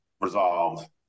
resolved